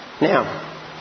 Now